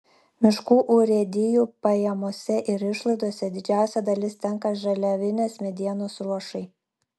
miškų urėdijų pajamose ir išlaidose didžiausia dalis tenka žaliavinės medienos ruošai